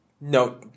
No